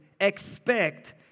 expect